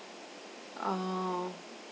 um